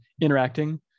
interacting